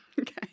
Okay